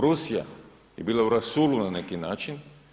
Rusija je bila u rasulu na neki način.